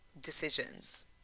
decisions